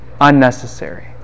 Unnecessary